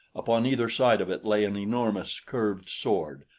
upon either side of it lay an enormous, curved sword,